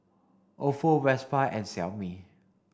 Ofo Vespa and Xiaomi